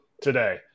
today